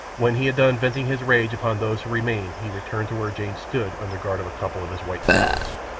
when he had done venting his rage upon those who remained he returned to where jane stood under guard of a couple of his white sailors.